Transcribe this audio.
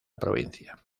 provincia